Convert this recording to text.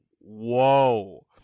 whoa